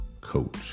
coach